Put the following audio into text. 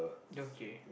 okay